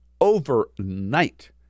overnight